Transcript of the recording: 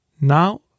now